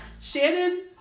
Shannon